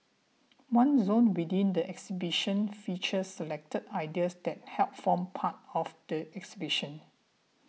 one zone within the exhibition features selected ideas that helped form part of the exhibition